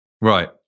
Right